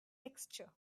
texture